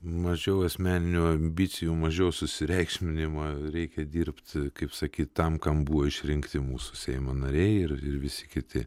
mažiau asmeninių ambicijų mažiau susireikšminimo reikia dirbt kaip sakyt tam kam buvo išrinkti mūsų seimo nariai ir ir visi kiti